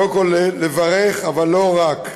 לברך, אבל לא רק.